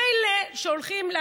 מילא שהולכים,